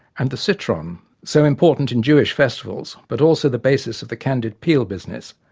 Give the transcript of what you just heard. and the citron, so important in jewish festivals, but also the basis of the candied-peel business,